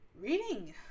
Reading